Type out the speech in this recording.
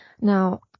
Now